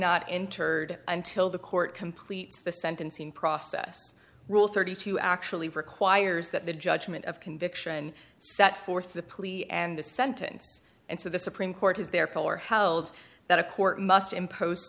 not entered until the court completes the sentencing process rule thirty two actually requires that the judgment of conviction set forth the police and the sentence and so the supreme court has their color held that a court must impose